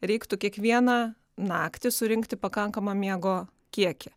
reiktų kiekvieną naktį surinkti pakankamą miego kiekį